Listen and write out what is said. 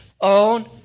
own